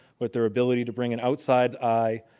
with their ability to bring an outside eye,